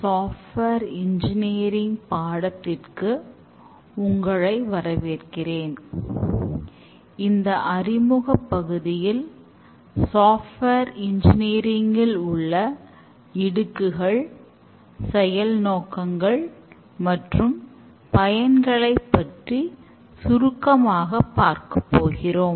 software engineering ல் உள்ள இடுக்குகள் செயல் நோக்கங்கள் மற்றும் பயன்களை பற்றி சுருக்கமாக பார்க்கப் போகிறோம்